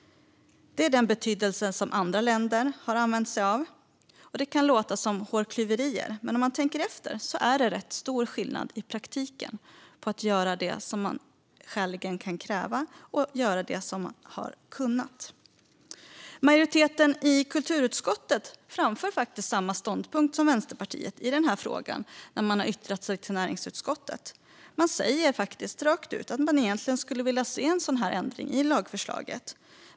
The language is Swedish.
Det är den betydelse som andra länder har använt sig av. Det kan låta som hårklyverier. Men om man tänker efter är det rätt stor skillnad i praktiken på att göra det som skäligen kan krävas och att göra det som man har kunnat. Majoriteten i kulturutskottet framför faktiskt samma ståndpunkt som Vänsterpartiet i denna fråga när man har yttrat sig till näringsutskottet. Man säger faktiskt rakt ut att man egentligen skulle vilja se en sådan ändring i lagförslaget.